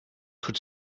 could